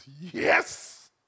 Yes